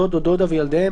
דוד או דודה וילדיהם,